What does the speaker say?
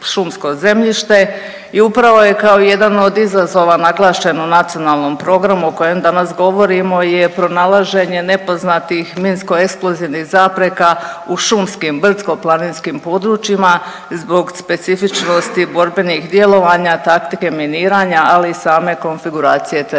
i upravo je kao jedan od izazova naglašeno u Nacionalnom programu o kojem danas govorimo je pronalaženje nepoznatih minsko-eksplozivnih zapreka u šumskim brdsko-planinskim područjima zbog specifičnosti borbenih djelovanja, taktike miniranja ali i same konfiguracije terena. Iako